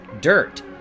Dirt